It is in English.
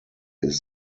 his